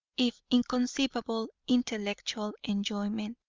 if inconceivable, intellectual enjoyment.